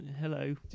hello